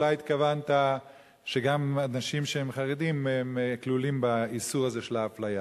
אולי התכוונת שגם אנשים שהם חרדים כלולים באיסור הזה של האפליה.